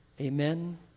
Amen